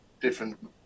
different